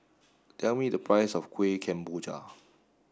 tell me the price of Kuih Kemboja